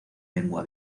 lengua